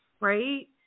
right